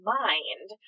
mind